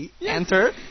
Enter